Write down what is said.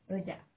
rojak